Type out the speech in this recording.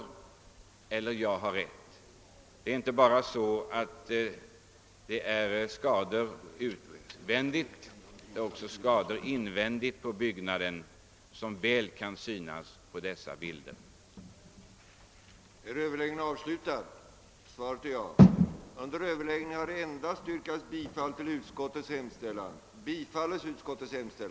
Det är inte bara fråga om utvändiga skador utan även om invändiga, vilket väl syns på dessa bilder. »att riksdagen i skrivelse till Kungl. Maj:t anhåller om uppdrag åt grundlagberedningen att utreda och framläg ga förslag om sådant tillägg till 4 kap: i förslaget till regeringsform att därigenom även systemet för utredningsväsendet blir närmare reglerat».